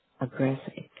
aggressive